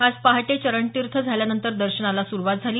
आज पहाटे चरणतीर्थ झाल्यानंतर दर्शनाला सुरुवात झाली